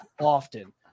often